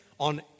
on